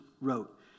wrote